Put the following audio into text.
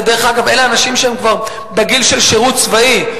דרך אגב, אלה אנשים שהם כבר בגיל של שירות צבאי.